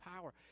power